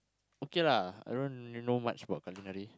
okay lah I don't really know much about culinary